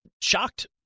shocked